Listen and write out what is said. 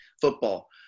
football